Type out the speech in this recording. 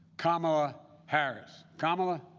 kamala harris. kamala,